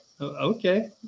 okay